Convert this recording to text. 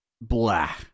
blah